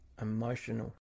emotional